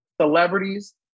celebrities